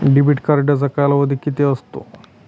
Debit कार्डचा कालावधी किती असतो?